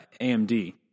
AMD